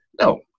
No